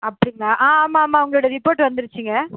அப்படிங்களா ஆ ஆமாம் ஆமாம் உங்களோட ரிப்போட் வந்துடுச்சிங்க